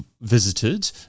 visited